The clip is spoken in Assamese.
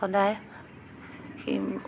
সদায় সি